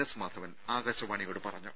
S Madhavan ആകാശവാണിയോട് പറഞ്ഞു